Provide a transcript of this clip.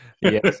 yes